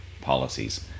policies